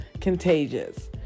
contagious